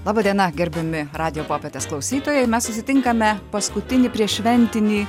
laba diena gerbiami radijo popietės klausytojai mes susitinkame paskutinį prieššventinį